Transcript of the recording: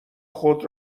خود